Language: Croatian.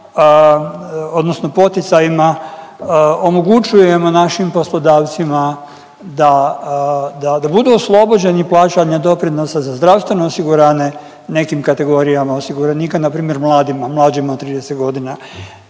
odnosno poticajima omogućujemo našim poslodavcima da budu oslobođeni plaćanja doprinosa za zdravstveno osigurane nekim kategorijama osiguranika npr. mladima, mlađima od 30 godina.